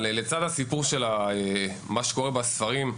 אבל לצד הסיפור של מה שקורה ספרי הלימוד,